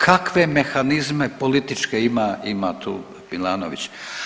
Kakve mehanizme političke ima, ima tu Milanović.